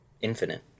infinite